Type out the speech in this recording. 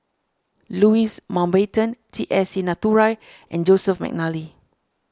Louis Mountbatten T S Sinnathuray and Joseph McNally